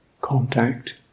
contact